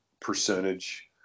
percentage